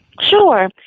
Sure